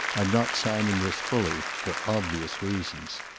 i'm not signing this fully, for obvious reasons.